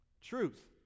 Truth